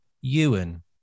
Ewan